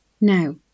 Now